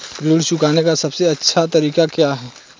ऋण चुकाने का सबसे अच्छा तरीका क्या है?